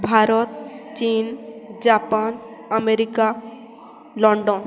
ଭାରତ ଚୀନ Japan America London